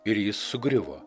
ir jis sugriuvo